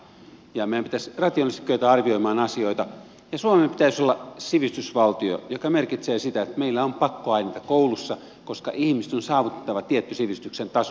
meidän pitäisi rationaalisesti kyetä arvioimaan asioita ja suomen pitäisi olla sivistysvaltio joka merkitsee sitä että meillä on pakkoaineita koulussa koska ihmisten on saavutettava tietty sivistyksen taso